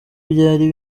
byari